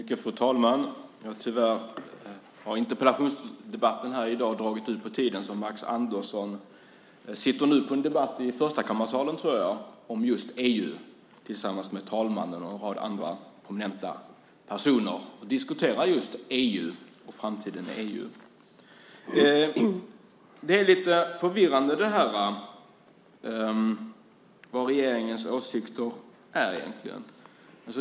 Fru talman! Interpellationsdebatten har tyvärr i dag dragit ut på tiden så Max Andersson sitter nu i en debatt i förstakammarsalen om just EU, tillsammans med talmannen och andra prominenta personer. Man diskuterar just framtiden i EU. Det är lite förvirrande vad som egentligen är regeringens åsikter.